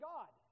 God